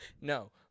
no